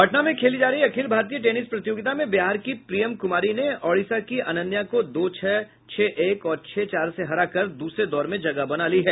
पटना में खेली जा रही अखिल भारतीय टेनिस प्रतियोगिता में बिहार की प्रियम कुमारी ने ओडिशा की अनन्या को दो छह छह एक और छह चार से हराकर दूसरे दौर में जगह बना ली है